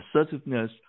assertiveness